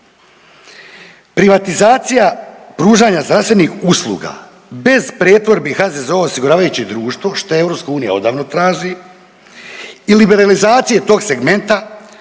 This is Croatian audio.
Privatizacija pružanja zdravstvenih usluga bez pretvorbi HZZO osiguravajuće društvo, što EU odavno traži i liberalizacije tog segmenta,